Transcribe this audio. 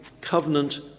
covenant